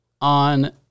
on